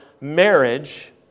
marriage